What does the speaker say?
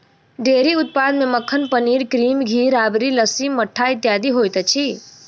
dairy उत्पाद मे मक्खन, पनीर, क्रीम, घी, राबड़ी, लस्सी, मट्ठा इत्यादि होइत अछि